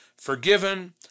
forgiven